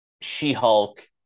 She-Hulk